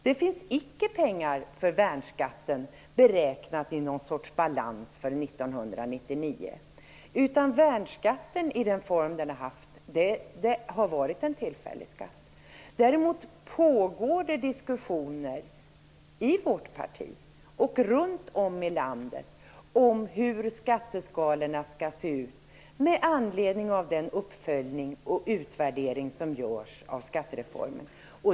Det finns icke beräknat pengar för värnskatten i någon balans för 1999. Värnskatten, i den form den har haft, har varit en tillfällig skatt. Däremot pågår det diskussioner i vårt parti och runt om i landet om hur skatteskalorna skall se ut med anledning av den uppföljning och utvärdering som görs av skattereformen.